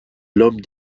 l’homme